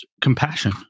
compassion